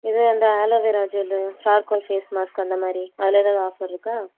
இது அந்த aloe vera gel charcoal face mask அந்த மாதிரி அதில் ஏதாவது ஆஃபர் இருக்கா